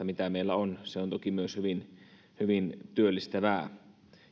mitä meillä on on hyvin investointivaltaista se on toki myös hyvin hyvin työllistävää